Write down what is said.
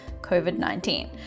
COVID-19